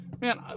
man